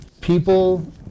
People